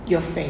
your friend